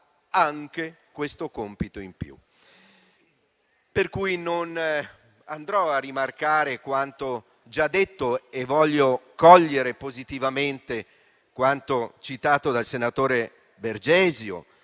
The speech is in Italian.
in più. Non andrò a rimarcare quanto già detto e voglio cogliere positivamente quanto citato dal senatore Bergesio.